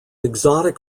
exotic